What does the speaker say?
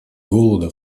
голода